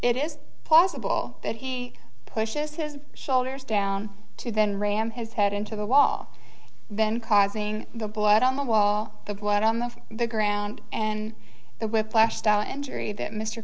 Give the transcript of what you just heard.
it is possible that he pushes his shoulders down to then ram his head into the wall then causing the blood on the wall the blood on the from the ground and the whiplash style injury that mr